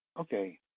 Okay